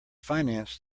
financed